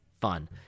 fun